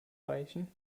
reichen